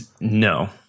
No